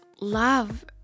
love